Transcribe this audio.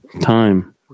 time